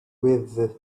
with